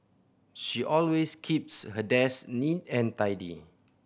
she always keeps her desk neat and tidy